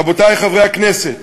רבותי חברי הכנסת,